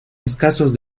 escasos